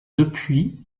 depuis